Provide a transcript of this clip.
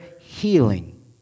healing